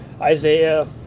isaiah